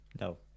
No